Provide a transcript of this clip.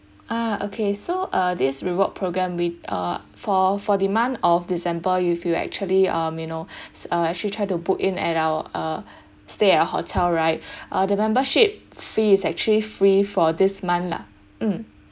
ah okay so uh this reward programme we uh for for the month of december you will actually um you know actually try to book in at our uh stay at hotel right the membership fee is actually free for this month lah mm